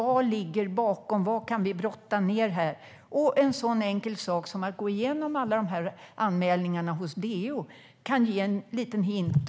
Vad ligger bakom? Vad kan vi brotta ned? En så enkel sak som att gå igenom alla anmälningarna hos DO kan ge en liten hint.